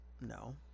No